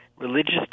Religious